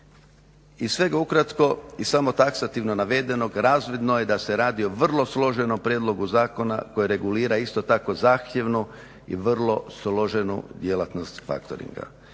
Iz svega ukratko i samo taksativno navedenog razvidno je da se radi o vrlo složenom prijedlogu zakona koje regulira isto tako zahtjevnu i vrlo složenu djelatnost factoringa.